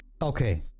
okay